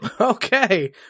Okay